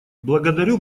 благодарю